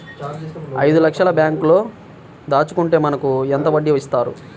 ఐదు లక్షల బ్యాంక్లో దాచుకుంటే మనకు ఎంత వడ్డీ ఇస్తారు?